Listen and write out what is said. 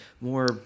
more